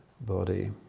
body